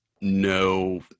no